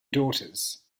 daughters